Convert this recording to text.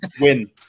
win